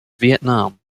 vietnam